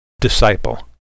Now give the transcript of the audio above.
disciple